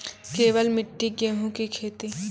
केवल मिट्टी गेहूँ की खेती?